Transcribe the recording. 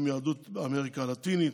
עם יהדות אמריקה הלטינית,